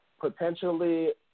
potentially